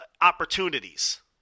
opportunities